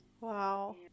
Wow